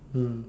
mm